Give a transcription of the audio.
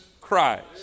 Christ